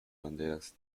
banderas